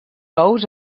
ous